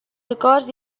acords